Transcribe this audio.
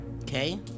okay